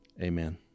Amen